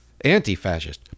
Anti-fascist